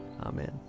Amen